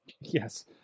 Yes